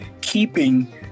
keeping